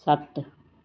ਸੱਤ